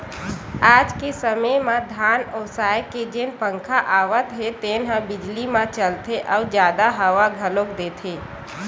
आज के समे म धान ओसाए के जेन पंखा आवत हे तेन ह बिजली म चलथे अउ जादा हवा घलोक देथे